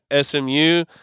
SMU